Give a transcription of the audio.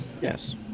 Yes